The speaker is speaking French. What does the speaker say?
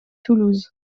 toulouse